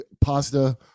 Pasta